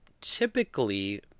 typically